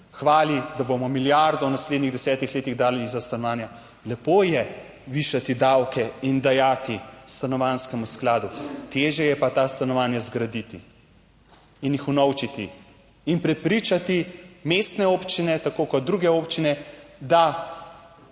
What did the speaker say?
hvali, da bomo milijardo v naslednjih desetih letih dali za stanovanja. Lepo je višati davke in dajati stanovanjskemu skladu, težje je pa ta stanovanja zgraditi in jih unovčiti in prepričati mestne občine, tako kot druge občine, da